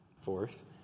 fourth